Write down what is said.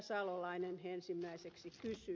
salolainen ensimmäiseksi kysyi